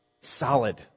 solid